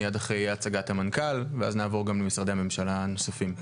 מיד אחרי הצגת המנכ"ל ואז נעבור למשרדי הממשלה הנוספים.